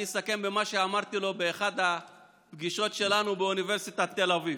ואני אסכם במה שאמרתי לו באחת הפגישות שלנו באוניברסיטת תל אביב,